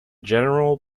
general